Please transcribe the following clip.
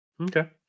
Okay